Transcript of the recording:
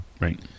Right